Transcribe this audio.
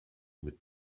mit